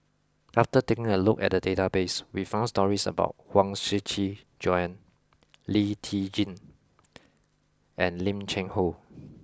after taking a look at the database we found stories about Huang Shiqi Joan Lee Tjin and Lim Cheng Hoe